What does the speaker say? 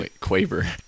Quaver